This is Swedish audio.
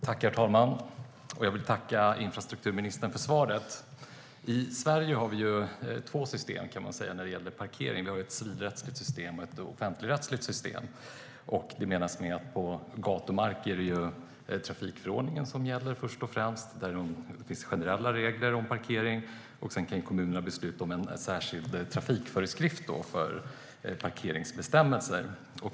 Herr talman! Jag tackar infrastrukturministern för svaret. Man kan säga att vi i Sverige har två system när det gäller parkering. Vi har ett civilrättsligt system och ett offentligrättsligt system. Det innebär att det på gatumark är trafikförordningen som gäller först och främst, där det finns generella regler om parkering. Sedan kan kommunerna besluta om en särskild trafikföreskrift för parkeringsbestämmelser.